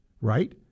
right